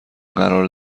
قرار